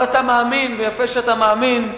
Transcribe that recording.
אבל אתה מאמין, ויפה שאתה מאמין.